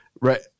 right